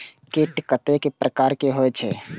कीट कतेक प्रकार के होई छै?